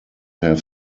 have